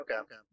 okay